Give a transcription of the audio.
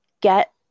get